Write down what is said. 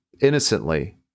innocently